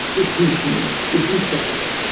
this machine is incredible.